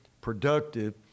productive